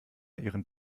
ihren